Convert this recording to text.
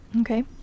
Okay